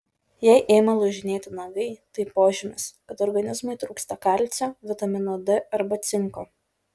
jei ėmė lūžinėti nagai tai požymis kad organizmui trūksta kalcio vitamino d arba cinko